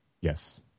yes